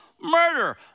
murder